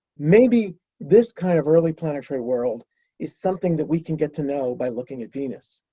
maybe this kind of early planetary world is something that we can get to know by looking at venus.